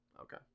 Okay